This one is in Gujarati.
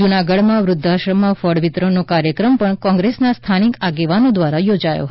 જુનાગઢમાં વૃધ્ધાશ્રમમાં ફળ વિતરણનો કાર્ય ક્રમ પણ કોંગ્રેસના સ્થાનિક આગેવાનો દ્વારા યોજાયો હતો